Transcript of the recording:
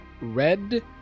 red